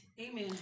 Amen